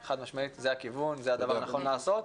חד משמעית זה הכיוון, זה הדבר הנכון לעשות.